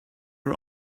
are